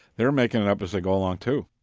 they're making it up as they go along, too.